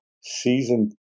season